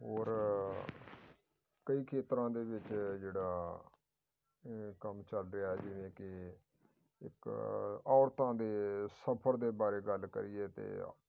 ਔਰ ਕਈ ਖੇਤਰਾਂ ਦੇ ਵਿੱਚ ਜਿਹੜਾ ਇਹ ਕੰਮ ਚੱਲ ਰਿਹਾ ਹੈ ਜਿਵੇਂ ਕਿ ਇੱਕ ਔਰਤਾਂ ਦੇ ਸਫਰ ਦੇ ਬਾਰੇ ਗੱਲ ਕਰੀਏ ਤਾਂ